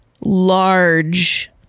Large